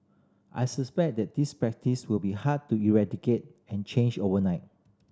I suspect that this practice will be hard to eradicate and change overnight